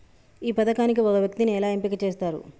ఈ పథకానికి ఒక వ్యక్తిని ఎలా ఎంపిక చేస్తారు?